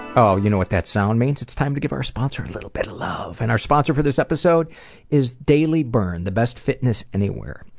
you know what that sound means. it's time to give our sponsor a little bit of love. and our sponsor for this episode is daily burn, the best fitness anywhere.